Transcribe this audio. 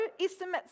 estimates